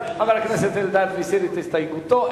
חבר הכנסת אלדד מסיר את הסתייגותו,